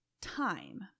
time